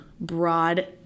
broad